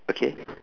okay